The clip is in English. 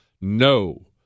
No